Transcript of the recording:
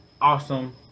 awesome